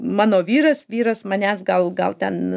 mano vyras vyras manęs gal gal ten